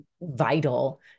vital